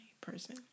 person